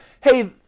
hey